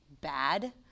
bad